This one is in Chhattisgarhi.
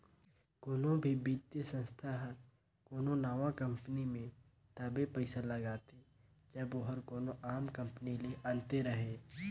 कोनो भी बित्तीय संस्था हर कोनो नावा कंपनी में तबे पइसा लगाथे जब ओहर कोनो आम कंपनी ले अन्ते रहें